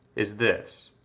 is this,